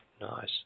Nice